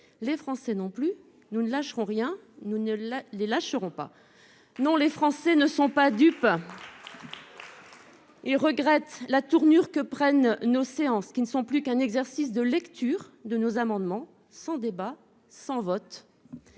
les Français non plus. Nous ne lâcherons rien ; nous ne les lâcherons pas. Les Français regrettent la tournure que prennent nos séances, qui ne sont plus qu'un exercice de lecture de nos amendements, sans débat et sans vote.